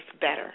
better